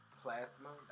plasma